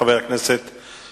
חבר הכנסת